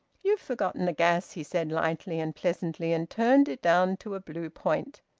you've forgotten the gas, he said lightly and pleasantly, and turned it down to a blue point.